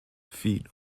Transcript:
feet